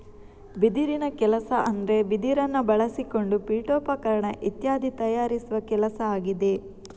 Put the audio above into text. ಬಿದಿರಿನ ಕೆಲಸ ಅಂದ್ರೆ ಬಿದಿರನ್ನ ಬಳಸಿಕೊಂಡು ಪೀಠೋಪಕರಣ ಇತ್ಯಾದಿ ತಯಾರಿಸುವ ಕೆಲಸ ಆಗಿದೆ